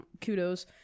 kudos –